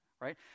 right